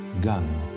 Gun